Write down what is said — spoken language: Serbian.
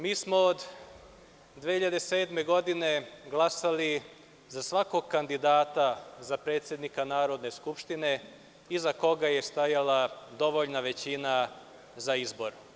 Mi smo od 2007. godine glasali za svakog kandidata za predsednika Narodne skupštine iza koga je stajala dovoljna većina za izbor.